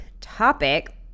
topic